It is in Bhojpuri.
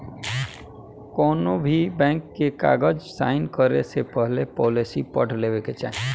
कौनोभी बैंक के कागज़ साइन करे से पहले पॉलिसी पढ़ लेवे के चाही